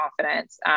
confidence